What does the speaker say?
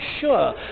sure